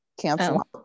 cancel